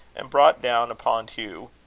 and brought down upon hugh,